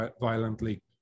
violently